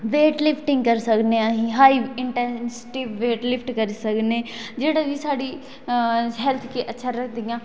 बेट lifting करी सकने असी हाई इंटैंसिव बेट लिफ्ट करी सकने जेहड़ा बी साढ़े हैल्थ गी अच्छा रखदी